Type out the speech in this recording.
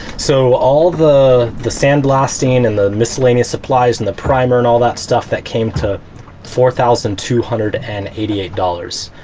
so all the the sandblasting, and the miscellaneous supplies, and the primer and all that stuff that came to four thousand two hundred and eighty eight dollars.